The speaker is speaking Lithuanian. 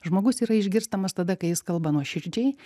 žmogus yra išgirstamas tada kai jis kalba nuoširdžiai